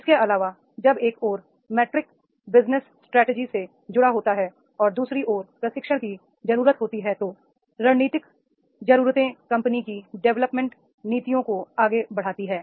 इसके अलावा जब एक ओर मैट्रिक्स बिजनेस स्ट्रेटजी से जुड़ा होता है और दू सरी ओर प्रशिक्षण की जरूरत होती है तो रणनीतिक जरूरतें कंपनी की डेवलपमेंट नीतियों को आगे बढ़ाती हैं